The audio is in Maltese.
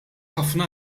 ħafna